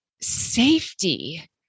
safety